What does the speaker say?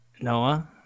Noah